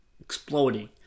exploding